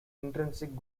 intrinsic